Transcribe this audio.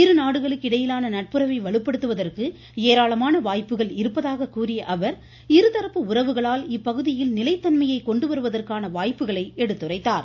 இருநாடுகளுக்கிடையிலான நட்புறவை வலுப்படுத்துவதற்கு ஏராளமான வாய்ப்புகள் இருப்பதாக கூறிய அவர் இருதரப்பு உறவுகளால் இப்பகுதியில் நிலைத்தன்மையை கொண்டு வருவதற்கான வாய்ப்புகளை எடுத்துரைத்தார்